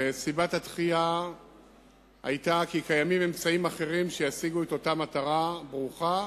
וסיבת הדחייה היתה שקיימים אמצעים אחרים שישיגו את אותה מטרה ברוכה